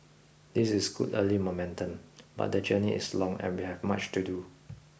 this is good early momentum but the journey is long and we have much to do